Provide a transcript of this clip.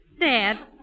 Dad